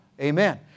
Amen